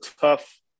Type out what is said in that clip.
tough